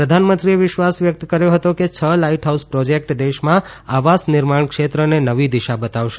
પ્રધાનમંત્રીએ વિશ્વાસ વ્યકત કર્યો હતો કે છ લાઈટ હાઉસ પ્રોજેક્ટ દેશમાં આવાસ નિર્માણ ક્ષેત્રને નવી દિશા બતાવશે